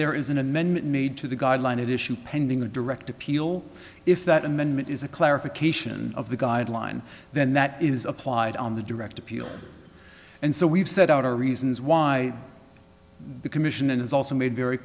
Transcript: there is an amendment made to the guideline it issued pending a direct appeal if that amendment is a clarification of the guideline then that is applied on the direct appeal and so we've set out our reasons why the commission has also made very